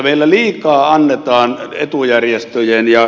meillä liikaa annetaan etujärjestöjen ja